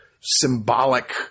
symbolic